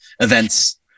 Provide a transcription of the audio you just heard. events